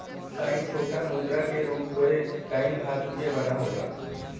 coin छोटा मुद्रा क रूप हौ कॉइन धातु क बना होला